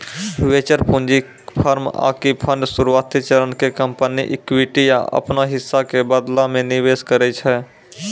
venture पूंजी firm आकि fund शुरुआती चरण के कंपनी मे इक्विटी या अपनो हिस्सा के बदला मे निवेश करै छै